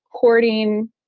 courting